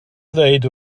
ddweud